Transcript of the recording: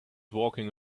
walking